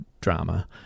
drama